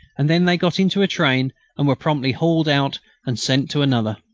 and then they got into a train and were promptly hauled out and sent to another.